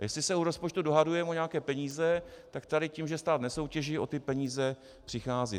A jestli se u rozpočtu dohadujeme o nějaké peníze, tak tady tím, že stát nesoutěží, o ty peníze přichází.